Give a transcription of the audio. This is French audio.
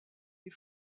les